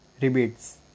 Rebates